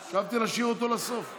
חשבתי להשאיר אותו לסוף.